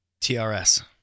TRS